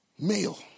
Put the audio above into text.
Male